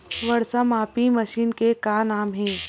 वर्षा मापी मशीन के का नाम हे?